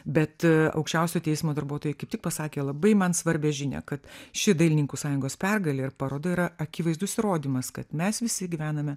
bet aukščiausio teismo darbuotojai kaip tik pasakė labai man svarbią žinią kad ši dailininkų sąjungos pergalė ir paroda yra akivaizdus įrodymas kad mes visi gyvename